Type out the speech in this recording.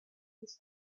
this